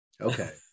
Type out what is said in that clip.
Okay